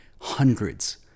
Hundreds